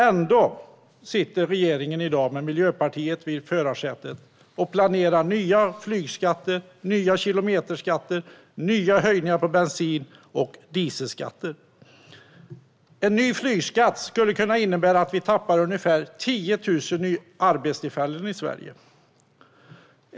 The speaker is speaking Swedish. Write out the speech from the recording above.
Ändå sitter regeringen i dag med Miljöpartiet i förarsätet och planerar nya flygskatter, nya kilometerskatter och nya höjningar av bensin och dieselskatter. En ny flygskatt kan innebära att vi tappar ungefär 10 000 arbetstillfällen i Sverige.